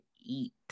eat